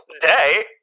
day